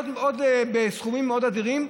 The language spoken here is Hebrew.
בסכומים מאוד אדירים.